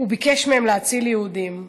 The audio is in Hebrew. הוא ביקש מהם להציל יהודים.